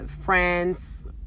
friends